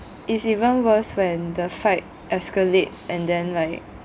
it's even worse when the fight escalates and then like